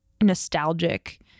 nostalgic